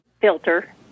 filter